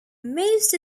most